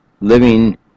living